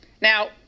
Now